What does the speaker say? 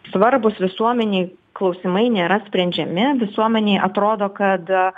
svarbūs visuomenei klausimai nėra sprendžiami visuomenei atrodo kad a